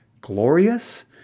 glorious